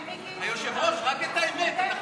היושב-ראש, רק את האמת.